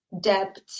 debt